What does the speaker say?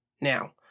Now